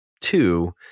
two